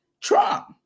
Trump